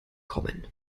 kommen